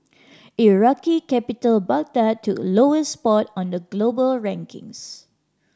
Iraqi capital Baghdad took lowest spot on the global rankings